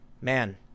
man